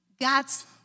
God's